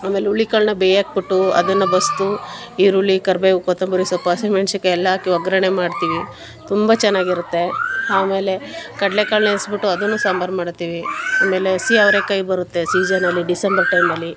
ಆಮೇಲೆ ಹುರುಳಿಕಾಳನ್ನ ಬೇಯೋಕೆ ಬಿಟ್ಟು ಅದನ್ನು ಬಸಿದು ಈರುಳ್ಳಿ ಕರಿಬೇವು ಕೊತ್ತಂಬರಿ ಸೊಪ್ಪು ಹಸಿಮೆಣಸಿನ್ಕಾಯಿ ಎಲ್ಲ ಹಾಕಿ ಒಗ್ಗರಣೆ ಮಾಡ್ತೀವಿ ತುಂಬ ಚೆನ್ನಾಗಿರುತ್ತೆ ಆಮೇಲೆ ಕಡಲೆಕಾಳು ನೆನೆಸಿಬಿಟ್ಟು ಅದನ್ನು ಸಾಂಬಾರು ಮಾಡ್ತೀವಿ ಆಮೇಲೆ ಹಸಿ ಅವರೇಕಾಯಿ ಬರುತ್ತೆ ಸೀಸನಲ್ಲಿ ಡಿಸೆಂಬರ್ ಟೈಮಲ್ಲಿ